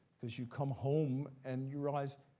because you come home and you realize,